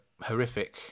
horrific